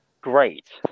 great